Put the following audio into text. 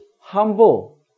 humble